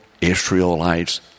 Israelites